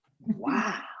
Wow